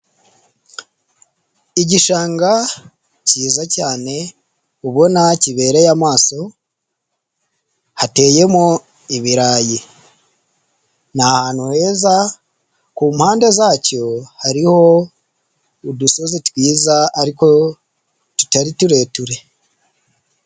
Igishanga cyiza cyane ubona kibereye amaso, hateyemo ibirayi ni ahantu heza ku mpande zacyo hariho udusozi twiza ariko tutari tureture.